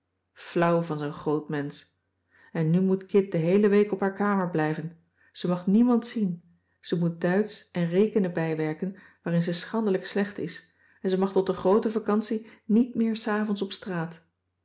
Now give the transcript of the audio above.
flauw van zoo'n groot mensch en nu moet kit de heele week op haar kamer blijven ze mag niemand zien ze moet duitsch en rekenen bijwerken waarin ze schandelijk slecht is en ze mag tot de groote vacantie niet meer s avonds op straat